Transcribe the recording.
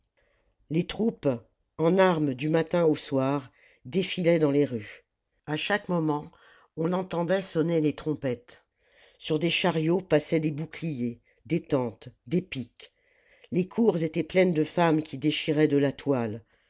les troupes en armes du matin au soir défilaient dans les rues à chaque moment on entendait sonner les trompettes sur des chariots passaient des boucliers des tentes des piques les cours étaient pleines de femmes qui déchiraient de la toile